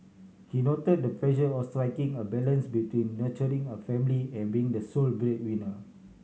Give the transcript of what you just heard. he noted the of striking a balance between nurturing a family and being the sole breadwinner